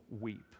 weep